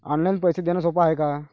Online पैसे देण सोप हाय का?